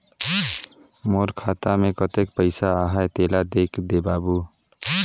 मोर खाता मे कतेक पइसा आहाय तेला देख दे बाबु?